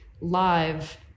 live